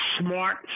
smart